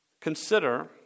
Consider